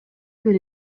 бир